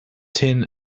tin